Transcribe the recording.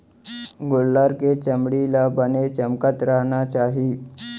गोल्लर के चमड़ी ल बने चमकत रहना चाही